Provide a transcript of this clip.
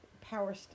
power